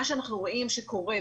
מה שאנחנו רואים שקורה,